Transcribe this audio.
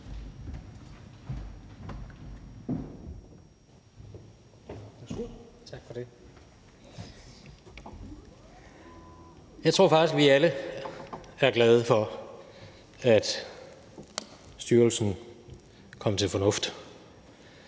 Tak for det. Jeg tror faktisk, at vi alle er glade for, at styrelsen kom til fornuft,